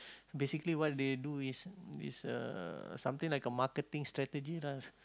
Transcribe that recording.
basically what they do is is uh something like a marketing strategy lah